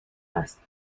است